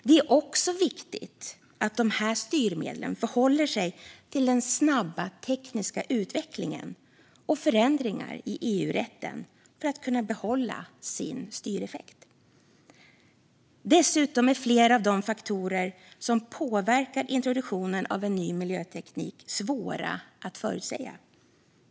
Det är också viktigt att dessa styrmedel förhåller sig till den snabba tekniska utvecklingen och till förändringar i EU-rätten för att de ska kunna behålla sin styreffekt. Dessutom är flera av de faktorer som påverkar introduktionen av en ny miljöteknik svåra att förutsäga.